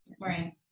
Right